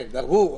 כן, ברור.